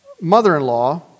mother-in-law